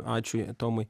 ačiū tomai